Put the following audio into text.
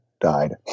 died